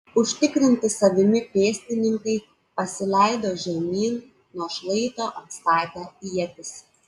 užtikrinti savimi pėstininkai pasileido žemyn nuo šlaito atstatę ietis